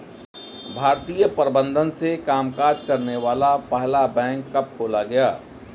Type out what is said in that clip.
भारतीय प्रबंधन से कामकाज करने वाला पहला बैंक कब खोला गया?